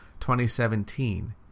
2017